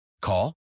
Call